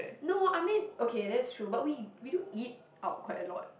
no I mean okay that's true but we we do eat out quite a lot